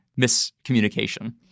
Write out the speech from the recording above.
miscommunication